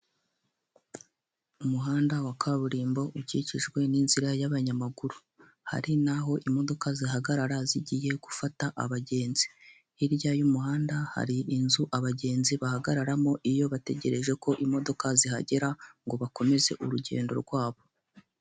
Umuhanda wa kaburimbo ukikijwe n'inzira y'abanyamaguru. Hari n'aho imodoka zihagarara zigiye gufata abagenzi. Hirya y'umuhanda hari inzu abagenzi bahagararamo, iyo bategereje ko imodoka zihagera ngo bakomeze urugendo rwabo.